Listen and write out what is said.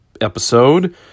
episode